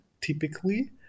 typically